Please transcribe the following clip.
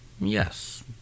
Yes